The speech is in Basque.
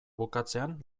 bukatzean